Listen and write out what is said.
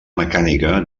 mecànica